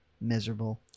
miserable